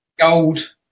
gold